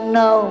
no